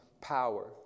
power